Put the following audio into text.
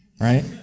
Right